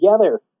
together